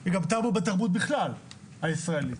היא גם טאבו בתרבות הישראלית בכלל,